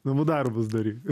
namų darbus daryk